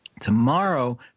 Tomorrow